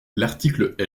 l’article